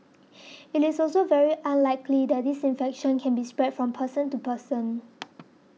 it is also very unlikely that this infection can be spread from person to person